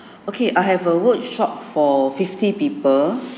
okay I have a workshop for fifty people